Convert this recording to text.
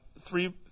three